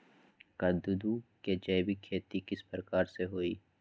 कददु के जैविक खेती किस प्रकार से होई?